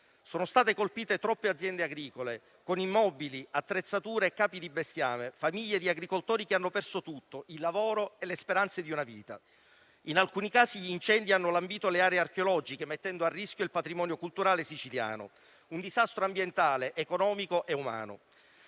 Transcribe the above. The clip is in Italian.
Sono state colpite troppe aziende agricole, con immobili, attrezzature e capi di bestiame; famiglie di agricoltori hanno perso tutto: il lavoro e le speranze di una vita. In alcuni casi gli incendi hanno lambito le aree archeologiche, mettendo a rischio il patrimonio culturale siciliano. Si tratta di un disastro ambientale, economico e umano.